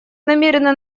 намерены